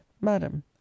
madam